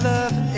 Love